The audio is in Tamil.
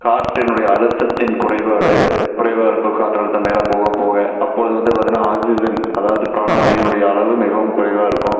காற்றினுடைய அழுத்தத்தின் குறைபாடு குறைவாக இருக்கும் காற்றழுத்தம் மேலே போக போக அப்பொழுது வந்து பார்த்தினா ஆக்சிஜன் அதாவது பிராணவாயுனுடைய அளவு மிகவும் குறைவாக இருக்கும்